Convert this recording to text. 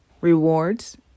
rewards